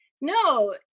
no